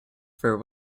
for